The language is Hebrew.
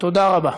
תודה רבה.